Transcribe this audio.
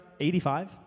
85